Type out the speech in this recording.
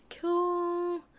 Cool